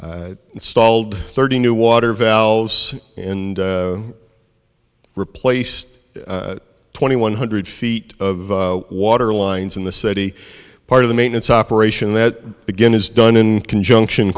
s stalled thirty new water valves and replaced twenty one hundred feet of water lines in the city part of the maintenance operation that again is done in conjunction